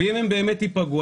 אם הם באמת ייפגעו,